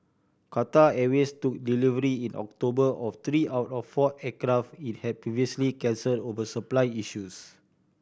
Qatar Airways took delivery in October of three out of four aircraft it had previously cancelled over supply issues